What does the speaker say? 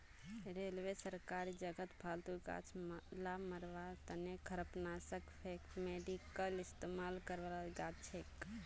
railway या सरकारी जगहत फालतू गाछ ला मरवार तने खरपतवारनाशक केमिकल इस्तेमाल कराल जाछेक